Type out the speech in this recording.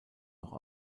noch